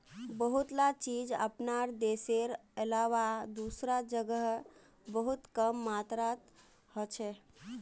बहुतला चीज अपनार देशेर अलावा दूसरा जगह बहुत कम मात्रात हछेक